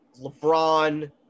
LeBron